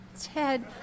Ted